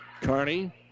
Carney